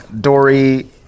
Dory